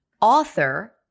author